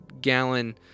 gallon